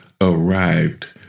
arrived